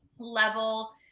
level